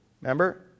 Remember